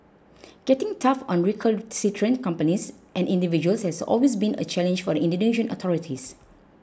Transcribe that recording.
getting tough on recalcitrant companies and individuals has always been a challenge for the Indonesian authorities